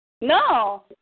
No